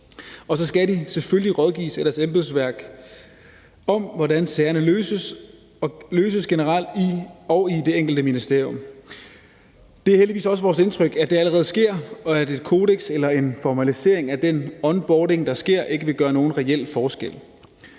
og så skal de selvfølgelig rådgives af deres embedsværk om, hvordan sagerne løses generelt og i det enkelte ministerium. Det er heldigvis også vores indtryk, at det allerede sker, og at et kodeks eller en formalisering af den onboarding, der sker, ikke vil gøre nogen reel forskel.